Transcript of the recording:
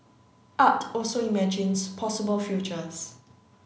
art also imagines possible futures